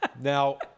Now